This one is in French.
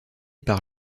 par